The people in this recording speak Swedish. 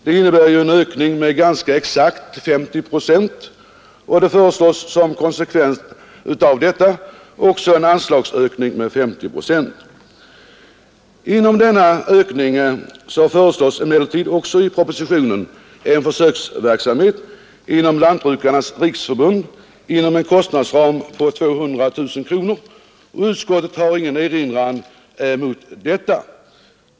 Det innebär en ökning med ganska exakt 50 procent, och som konsekvens av detta föreslås också en anslagsökning med 50 procent. Det föreslås emellertid också i propositionen att Lantbrukarnas riksförbunds centrala kursverksamhet på försök inordnas under detta ökade anslag inom en kostnadsram av 200 000 kronor, och utskottet har ingen erinran mot detta.